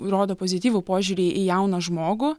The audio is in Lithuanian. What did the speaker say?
rodo pozityvų požiūrį į jauną žmogų